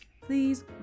please